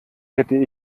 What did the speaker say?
hätte